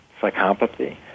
psychopathy